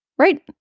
right